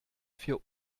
für